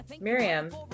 Miriam